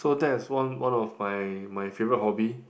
so that is one one of my my favourite hobby